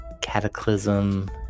cataclysm